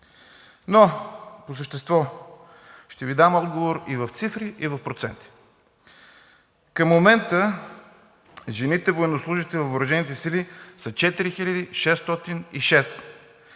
По същество ще Ви дам отговор и в цифри, и в проценти. Към момента жените военнослужещи във въоръжените